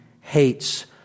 hates